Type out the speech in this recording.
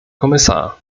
kommissar